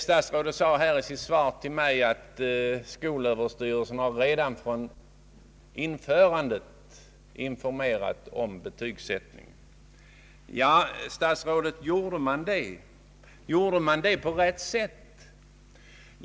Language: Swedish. Statsrådet sade i sitt svar att skolöverstyrelsen redan från införandet har informerat om betygsättningen. Javisst, herr statsråd, men har man gjort det på rätt sätt?